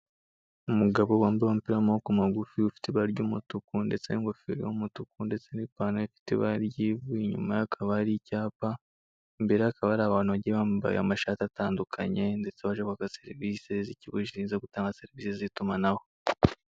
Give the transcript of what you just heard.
Umugabo wambaye umupira w' amaboko magufi ufite ibara ry' umutuku ndetse n' ingofero y' umutuku ndetse n' ipantaro ifite ibara ry' ivu, inyuma ye hakaba hari icyapa imbere ye hakaba hari abantu bagiye bambaye amashati ndetse baje kwaka serivise z' ikigo gishinzwe gutanga serivise z' itumanaho.